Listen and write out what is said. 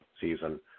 season